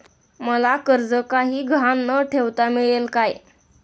मला कर्ज काही गहाण न ठेवता मिळेल काय?